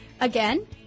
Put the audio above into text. Again